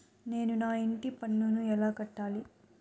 నేను నా ఇంటి పన్నును ఎలా కట్టాలి?